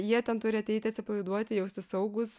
jie ten turi ateiti atsipalaiduoti jaustis saugūs